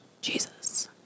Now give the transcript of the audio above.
Jesus